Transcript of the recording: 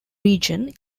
region